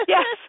Yes